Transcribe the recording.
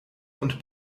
und